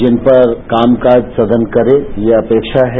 जिन पर काम काज सदन करे यह अपेक्षा है